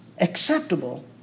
acceptable